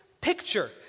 picture